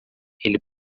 ele